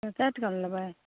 कय टका वाला लेबै